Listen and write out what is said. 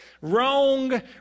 wrong